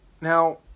now